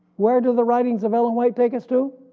where do the writings of ellen white take us to?